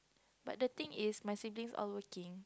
but the thing is my siblings all working